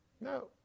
No